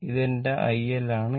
ഇത് എന്റെ IL ആണ്